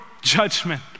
judgment